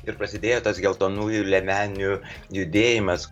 ir prasidėjo tas geltonųjų liemenių judėjimas